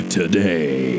today